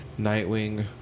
Nightwing